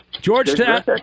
Georgetown